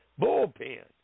bullpen